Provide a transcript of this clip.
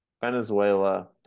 Venezuela